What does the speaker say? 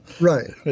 Right